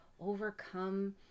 overcome